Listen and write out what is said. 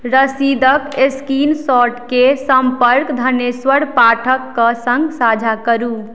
रसीदक स्क्रीनशॉटकेँ संपर्क धनेश्वर पाठकक सङ्ग साझा करू